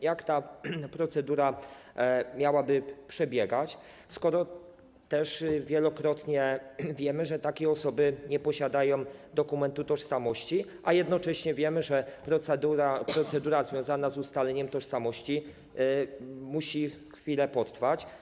Jak ta procedura miałaby przebiegać, skoro też wielokrotnie wiemy, że takie osoby nie posiadają dokumentu tożsamości, a jednocześnie wiemy, że procedura związana z ustaleniem tożsamości musi chwilę potrwać.